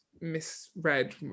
misread